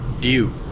due